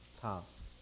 task